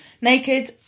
Naked